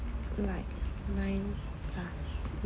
like nine plus